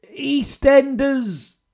EastEnders